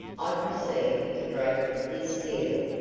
i proceed to break this seal.